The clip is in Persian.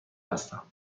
هستم